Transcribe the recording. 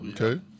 Okay